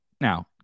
Now